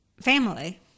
family